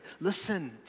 Listen